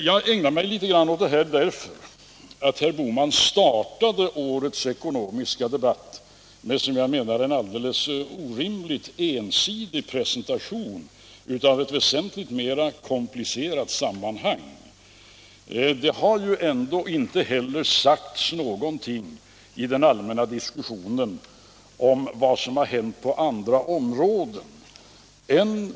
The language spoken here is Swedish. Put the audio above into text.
Jag ägnar mig litet grand åt det här därför att herr Bohman startade årets ekonomiska debatt med, det menar jag, en alldeles orimligt ensidig presentation av något som är väsentligt mer komplicerat än han antyder. Det har heller inte sagts någonting i den allmänna diskussionen om vad som har skett på andra områden.